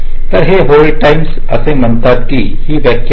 तर हे hold times असे म्हणतात की ही व्याख्या आहे